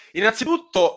Innanzitutto